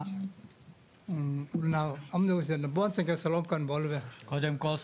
להלן תרגום חופשי ע"י צבי חאוטה) קודם כל,